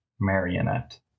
marionette